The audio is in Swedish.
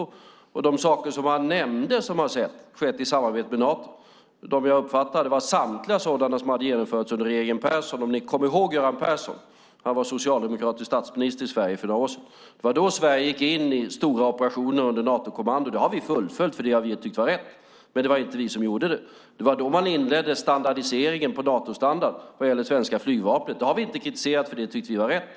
De saker jag uppfattade att han nämnde, sådant som alltså skett i samarbete med Nato, har samtliga genomförts under regeringen Persson - om ni kommer ihåg Göran Persson; han var socialdemokratisk statsminister i Sverige för några år sedan. Det var då Sverige gick in i stora operationer under Natokommando. Det har vi fullföljt eftersom vi tyckt att det varit rätt, men det var inte vi som började med dem. Det var då man även inledde Natostandardiseringen vad gäller det svenska flygvapnet. Det har vi inte kritiserat, för vi tycker att det är rätt.